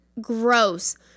Gross